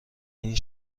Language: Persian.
این